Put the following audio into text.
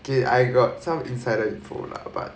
okay I got some insider info la but